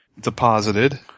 deposited